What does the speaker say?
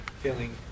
feeling